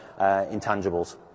intangibles